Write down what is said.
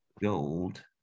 Gold